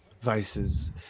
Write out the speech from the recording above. vices